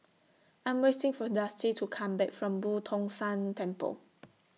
I'm waiting For Dusty to Come Back from Boo Tong San Temple